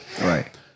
Right